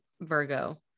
Virgo